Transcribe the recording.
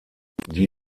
die